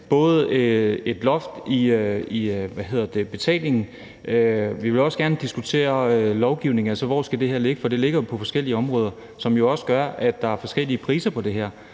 både et loft for betalingen, og vi vil også gerne diskutere lovgivning, altså hvor det her skal ligge, for det ligger jo på forskellige områder, hvilket også gør, at der er forskellige priser på det her.